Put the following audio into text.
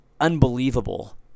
unbelievable